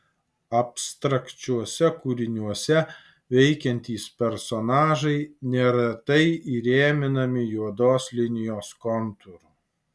abstrakčiuose kūriniuose veikiantys personažai neretai įrėminami juodos linijos kontūru